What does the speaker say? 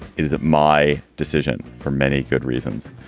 it is my decision for many good reasons.